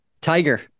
Tiger